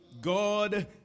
God